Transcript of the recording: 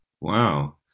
Wow